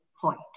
point